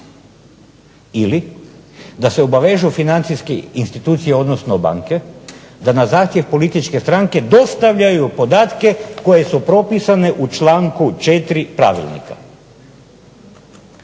ili da se obavežu financijske institucije, odnosno banke, da na zahtjev političke stranke dostavljaju podatke koje su propisane u članku 4. pravilnika.